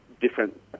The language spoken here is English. different